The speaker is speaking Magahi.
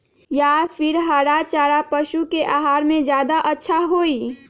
या फिर हरा चारा पशु के आहार में ज्यादा अच्छा होई?